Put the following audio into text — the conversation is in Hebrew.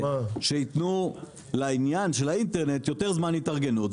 שייתנו לעניין של האינטרנט יותר זמן התארגנות,